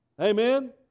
Amen